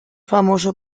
famoso